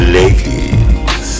ladies